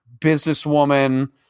businesswoman